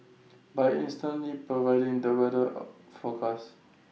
by instantly providing the weather or forecast